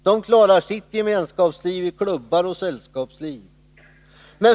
De klarar sitt gemenskapsliv i klubbar och sällskapsliv.